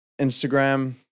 instagram